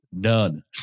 Done